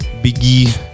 Biggie